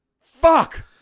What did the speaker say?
Fuck